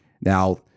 Now